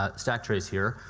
ah stack trace here,